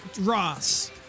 Ross